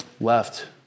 left